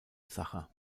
sacher